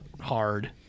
hard